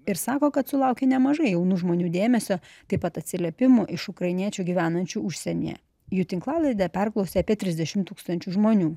ir sako kad sulaukė nemažai jaunų žmonių dėmesio taip pat atsiliepimų iš ukrainiečių gyvenančių užsienyje jų tinklalaidę perklausė apie trisdešim tūkstančių žmonių